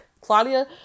Claudia